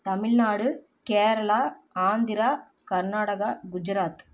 Tamil Nadu Kerala Andhra Karnataka Gujarat